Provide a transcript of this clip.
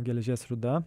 geležies rūda